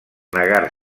negar